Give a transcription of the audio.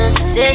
Say